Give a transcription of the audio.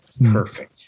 perfect